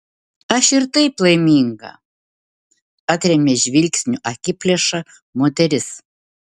aš ir taip laiminga atrėmė žvilgsniu akiplėšą moteris